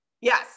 Yes